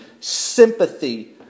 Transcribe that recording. sympathy